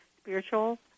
spiritual